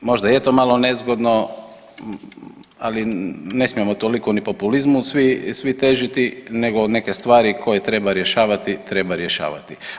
Možda je to malo nezgodno, ali ne smijemo toliko ni populizmu svi težiti, nego neke stvari koje treba rješavati treba rješavati.